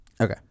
Okay